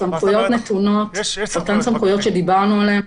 שאותן סמכויות שדיברנו עליהן,